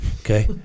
Okay